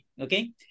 Okay